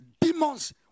Demons